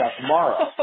tomorrow